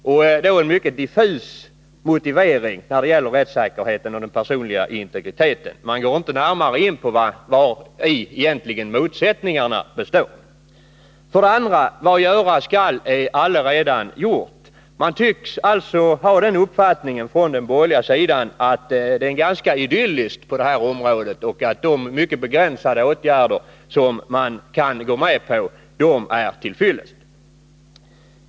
Motiveringen är då mycket diffus, och man går i regel inte in på vari motsättningarna mellan åtgärder mot ekonomisk brottslighet och rättsäkerhetskrav egentligen består. 2. Vad göras skall är allaredan gjort. Man tycks ha den uppfattningen på den borgerliga sidan att det är ganska idylliskt på det här området och att de mycket begränsade åtgärder som man kan gå med på är till fyllest.